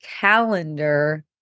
calendar